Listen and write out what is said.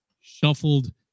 shuffled